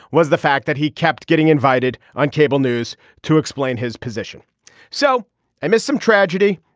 was the fact that he kept getting invited on cable news to explain his position so i missed some tragedy.